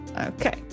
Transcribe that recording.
okay